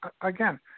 again